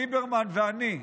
ליברמן ואני,